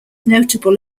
notable